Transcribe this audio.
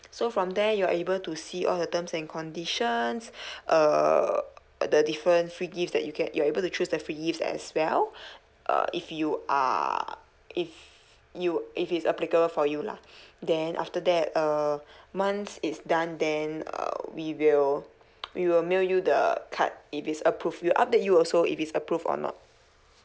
so from there you're able to see all the terms and conditions uh the different free gifts that you get you're able to choose the free gifts as well uh if you are if you if it's applicable for you lah then after that uh once it's done then uh we will we will mail you the card if it's approved we'll update you also if it's approved or not